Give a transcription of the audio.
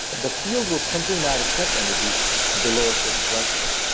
the field will simply not accept energies below a certain threshold.